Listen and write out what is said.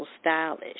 stylish